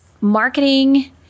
marketing